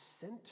center